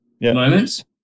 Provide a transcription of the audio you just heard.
moments